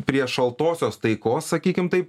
prie šaltosios taikos sakykim taip